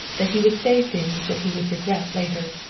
that he would say things that he would regret later.